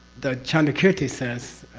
the chandrakirti says.